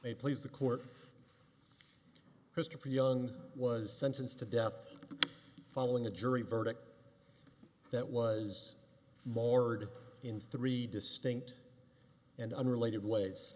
may please the court christopher young was sentenced to death following a jury verdict that was marred in three distinct and unrelated ways